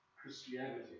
Christianity